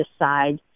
decide